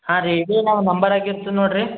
ಹಾಂ ರೀ ಇದು ನಾವು ನಂಬರಾಗೈತಿ ನೋಡ್ರಿ